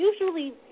usually